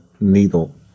needle